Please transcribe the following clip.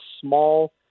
small